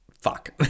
Fuck